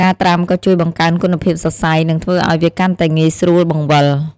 ការត្រាំក៏ជួយបង្កើនគុណភាពសរសៃ និងធ្វើឱ្យវាកាន់តែងាយស្រួលបង្វិល។